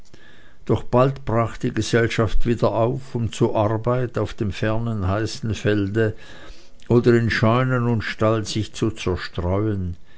doch bald brach die gesellschaft wieder auf um zur arbeit auf dem fernen heißen felde oder in scheunen und stall sich zu zerstreuen